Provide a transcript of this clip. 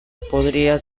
podría